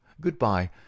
Good-bye